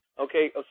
okay